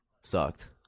sucked